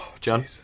John